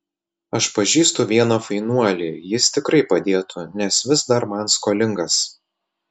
aš pažįstu vieną fainuolį jis tikrai padėtų nes vis dar man skolingas